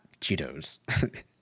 Cheetos